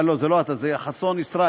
אה, זה לא אתה, זה חסון ישראל.